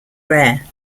rare